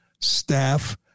staff